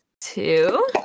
two